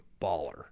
baller